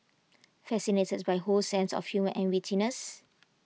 fascinated by Ho's sense of humour and wittiness